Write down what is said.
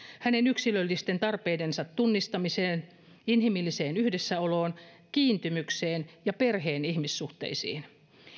hänen yksilöllisten tarpeidensa tunnistamiseen inhimilliseen yhdessäoloon kiintymykseen ja perheen ihmissuhteisiin